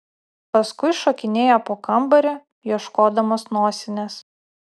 paskui šokinėja po kambarį ieškodamas nosinės